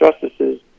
justices